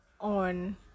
on